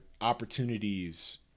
opportunities